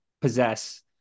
possess